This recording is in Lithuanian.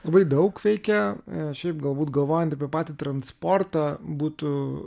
labai daug veikia šiaip galbūt galvojant apie patį transportą būtų